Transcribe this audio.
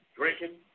drinking